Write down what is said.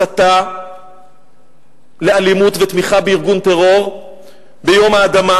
הסתה לאלימות ותמיכה בארגון טרור ביום האדמה,